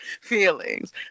feelings